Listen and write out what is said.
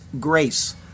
grace